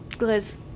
Liz